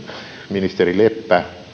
ministeri leppä